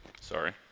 Sorry